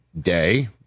day